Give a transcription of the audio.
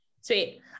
Sweet